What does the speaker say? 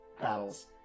battles